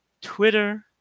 Twitter